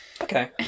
Okay